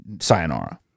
Sayonara